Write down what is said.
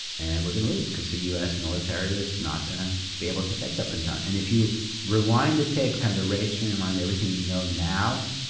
and we're going to lose, because the us military is not going to be able to catch up in time. and if you rewind the tape, kind of erase in your mind everything we know now,